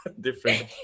different